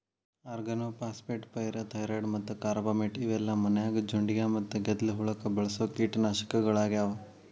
organophosphate, pyrethroid ಮತ್ತ carbamate ಇವೆಲ್ಲ ಮನ್ಯಾಗ ಜೊಂಡಿಗ್ಯಾ ಮತ್ತ ಗೆದ್ಲಿ ಹುಳಕ್ಕ ಬಳಸೋ ಕೇಟನಾಶಕಗಳಾಗ್ಯಾವ